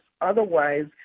otherwise